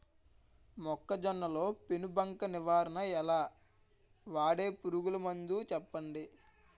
మొక్కజొన్న లో పెను బంక నివారణ ఎలా? వాడే పురుగు మందులు చెప్పండి?